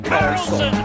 Carlson